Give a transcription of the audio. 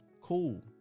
Cool